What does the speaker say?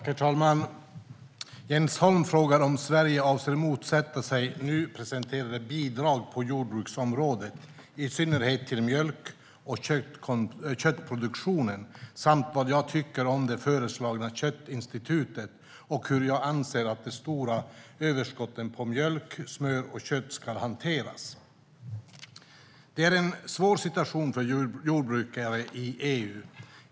Herr talman! Jens Holm frågar om Sverige avser att motsätta sig nu presenterade bidrag på jordbruksområdet, i synnerhet till mjölk och köttproduktionen, samt vad jag tycker om det föreslagna köttinstitutet och hur jag anser att de stora överskotten på mjölk, smör och kött ska hanteras. Det är en svår situation för jordbrukare i EU.